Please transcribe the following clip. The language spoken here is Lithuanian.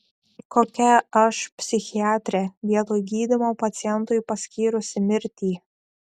kokia aš psichiatrė vietoj gydymo pacientui paskyrusi mirtį